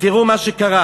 תראו מה שקרה: